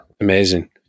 Amazing